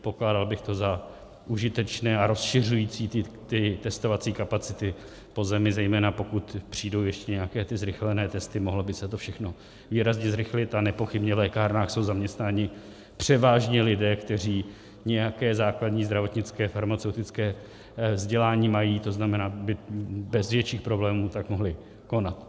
Pokládal bych to za užitečné a rozšiřující testovací kapacity po zemi, zejména pokud přijdou ještě nějaké zrychlené testy, mohlo by se to všechno výrazně zrychlit a nepochybně v lékárnách jsou zaměstnáni převážně lidé, kteří nějaké základní zdravotnické, farmaceutické vzdělání mají, to znamená, že by bez větších problémů tak mohli konat.